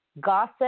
Gossip